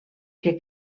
que